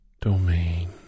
domain